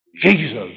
Jesus